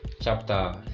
chapter